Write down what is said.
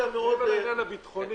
מעבר לעניין הביטחוני,